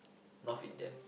North Indian